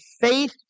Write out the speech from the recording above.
faith